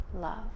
love